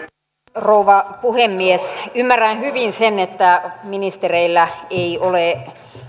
rouva puhemies ymmärrän hyvin sen että ministereillä ei ole